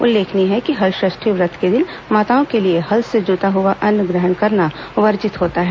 उल्लेखनीय है कि हलषष्ठी व्रत के दिन माताओं के लिए हल से जुता हुआ अन्न ग्रहण करना वर्जित होता है